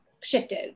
shifted